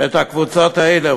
את הקבוצות האלה,